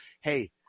hey